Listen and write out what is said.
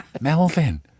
Melvin